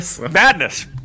Madness